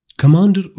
Commander